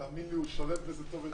תאמין לי, הוא שולט בזה טוב יותר ממני.